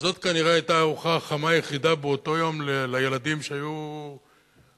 זאת כנראה היתה הארוחה החמה היחידה באותו יום לילדים שהיו בשכונה,